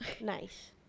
nice